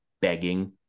begging